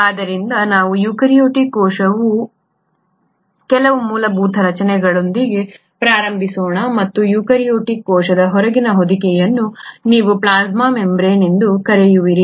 ಆದ್ದರಿಂದ ನಾವು ಯುಕ್ಯಾರಿಯೋಟಿಕ್ ಕೋಶದ ಕೆಲವು ಮೂಲಭೂತ ರಚನೆಗಳೊಂದಿಗೆ ಪ್ರಾರಂಭಿಸೋಣ ಮತ್ತು ಯುಕ್ಯಾರಿಯೋಟಿಕ್ಕೋಶದ ಹೊರಗಿನ ಹೊದಿಕೆಯನ್ನು ನೀವು ಪ್ಲಾಸ್ಮಾ ಮೆಂಬರೇನ್ ಎಂದು ಕರೆಯುವಿರಿ